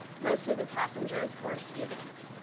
most of the passengers were students.